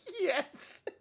Yes